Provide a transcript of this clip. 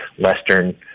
Western